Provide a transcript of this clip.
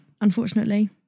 unfortunately